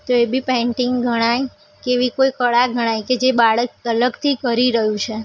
તો એ બી પેઇન્ટિંગ ગણાય કે એવી કોઈ કળા ગણાય કે જે બાળક અલગથી કરી રહ્યું છે